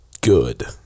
good